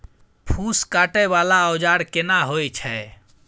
फूस काटय वाला औजार केना होय छै?